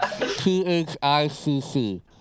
T-H-I-C-C